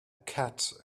cat